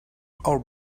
our